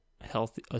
healthy